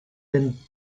den